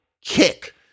kick